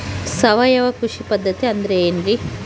ಸಾವಯವ ಕೃಷಿ ಪದ್ಧತಿ ಅಂದ್ರೆ ಏನ್ರಿ?